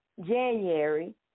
January